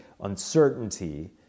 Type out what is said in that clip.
uncertainty